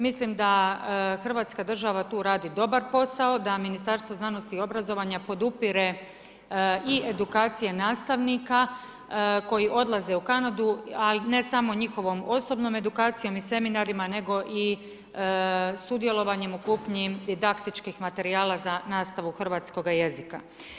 Mislim da Hrvatska država tu radi dobar posao, da Ministarstvo znanosti i obrazovanja podupire i edukacije nastavnika koji odlaze u Kanadu, ali ne samo njihovom osobnom edukacijom i seminarima nego i sudjelovanjem u kupnji didaktičkih materijala za nastavu hrvatskoga jezika.